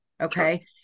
Okay